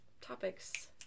topics